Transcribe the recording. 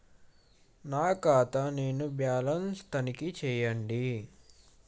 నా ఖాతా ను బ్యాలన్స్ తనిఖీ చేయండి?